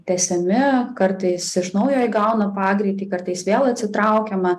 tęsiami kartais iš naujo įgauna pagreitį kartais vėl atsitraukiama